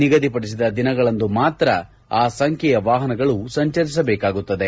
ನಿಗದಿಪಡಿಸಿದ ದಿನಗಳಂದು ಮಾತ್ರ ಆ ಸಂಖ್ಯೆಯ ವಾಹನಗಳು ಸಂಚರಿಸಬೇಕಾಗುತ್ತದೆ